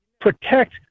protect